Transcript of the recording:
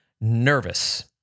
nervous